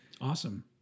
awesome